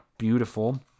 beautiful